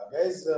Guys